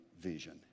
vision